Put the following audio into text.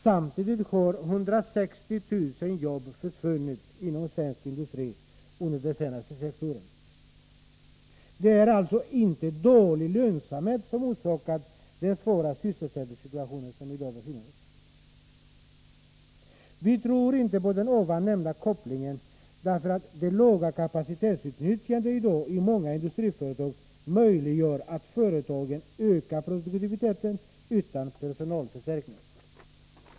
Samtidigt har 160 000 jobb försvunnit inom svensk industri under de senaste sex åren. Det är alltså inte dålig lönsamhet som har orsakat den svåra sysselsättningssituation som vi i dag befinner oss i. Vi tror inte på den nämnda kopplingen därför att det låga kapacitetsutnyttjandet i dag i många industriföretag möjliggör för företagen att öka produktiviteten utan att vidta personalförstärkningar.